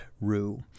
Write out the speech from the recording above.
Rue